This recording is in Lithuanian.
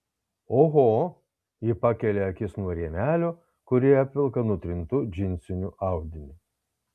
oho ji pakelia akis nuo rėmelio kurį apvelka nutrintu džinsiniu audiniu